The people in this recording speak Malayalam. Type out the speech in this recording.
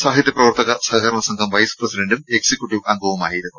സാഹിത്യ പ്രവർത്തക സഹകരണ സംഘം വൈസ് പ്രസിഡന്റും എക്സിക്യുട്ടീവ് അംഗവുമായിരുന്നു